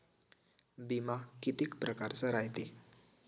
बिमा कितीक परकारचा रायते?